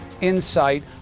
insight